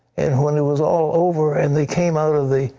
and when it was all over and they came out of the